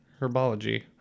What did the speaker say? herbology